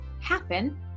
happen